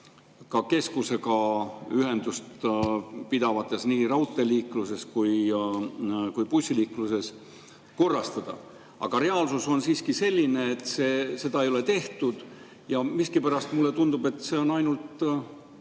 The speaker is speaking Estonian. ka keskusega ühendust pidada, samuti nii raudteeliiklust kui ka bussiliiklust korrastada. Aga reaalsus on siiski selline, et seda ei ole tehtud. Ja miskipärast mulle tundub, et see on ainult